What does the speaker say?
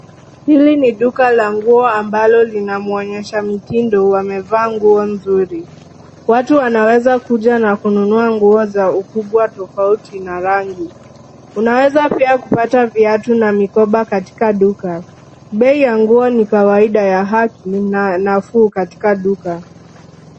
Hili ni duka la nguo ambalo lina mwonyesha mitindo amevaa nguo nzuri. Watu wanaweza kuja na kununua nguo za ukubwa tofauti na rangi. Unaweza pia kupata viatu na mikoba katika duka. Bei ya nguo ni kawaida na nafuu katika duka.